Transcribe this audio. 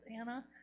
Anna